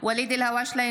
ואליד אלהואשלה,